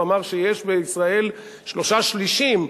כשהוא אמר שיש בישראל שלושה שלישים,